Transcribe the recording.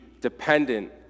dependent